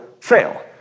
fail